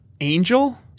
angel